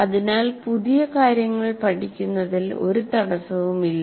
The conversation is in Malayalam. അതിനാൽ പുതിയ കാര്യങ്ങൾ പഠിക്കുന്നതിൽ ഒരു തടസ്സവുമില്ല